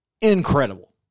incredible